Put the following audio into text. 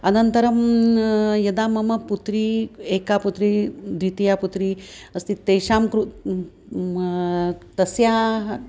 अनन्तरं यदा मम पुत्री एका पुत्री द्वितीया पुत्री अस्ति तासां कृते तस्याः